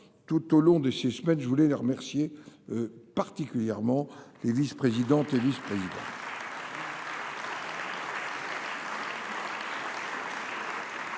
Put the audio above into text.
tout au long de ces semaines je voulais les remercier. Particulièrement les vice-, président et vice-président.